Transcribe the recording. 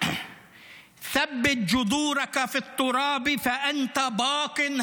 (אומר דברים בשפה הערבית, להלן תרגומם: